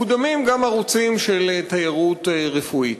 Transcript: מקודמים גם ערוצים של תיירות רפואית.